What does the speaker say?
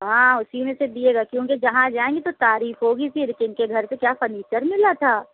ہاں اُسی میں سے دیئے گا کیونکہ جہاں جائیں گی تو تعریف ہوگی پھر کیونکہ گھر پہ کیا فرنیچر ملا تھا